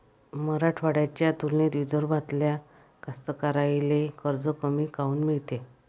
मराठवाड्याच्या तुलनेत विदर्भातल्या कास्तकाराइले कर्ज कमी काऊन मिळते?